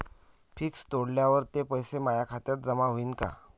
Fix तोडल्यावर ते पैसे माया खात्यात जमा होईनं का?